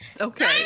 Okay